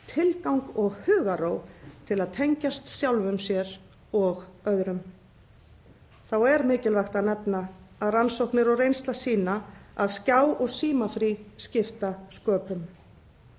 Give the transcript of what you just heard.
tilgang og hugarró til að tengjast sjálfum sér og öðrum. Þá er mikilvægt að nefna að rannsóknir og reynsla sýna að skjá- og símafrí skipta sköpum.